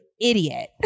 idiot